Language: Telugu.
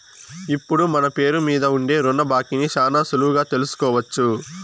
ఇప్పుడు మన పేరు మీద ఉండే రుణ బాకీని శానా సులువుగా తెలుసుకోవచ్చు